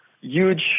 huge